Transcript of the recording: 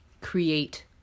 create